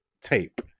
tape